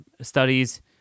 studies